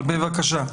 בבקשה.